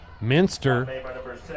Minster